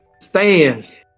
stands